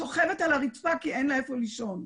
שוכבת על הרצפה כי אין לה איפה לישון.